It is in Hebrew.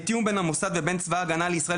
תיאום בין המוסד לבין צבא הגנה לישראל